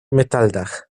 metalldach